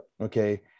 Okay